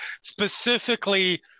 specifically